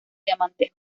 diamante